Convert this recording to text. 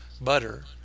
butter